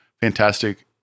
fantastic